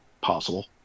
possible